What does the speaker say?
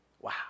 Wow